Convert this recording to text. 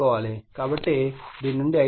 కాబట్టి దీని నుండి I2 20 ఆంపియర్ వస్తుంది